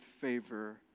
favor